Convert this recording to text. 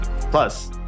Plus